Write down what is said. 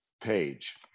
page